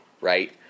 right